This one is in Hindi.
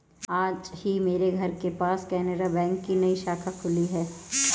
आज ही मेरे घर के पास केनरा बैंक की नई शाखा खुली है